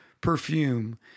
perfume